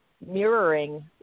mirroring